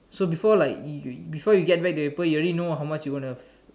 so before like you before you get back the paper you already know how much you going to